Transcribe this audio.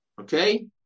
Okay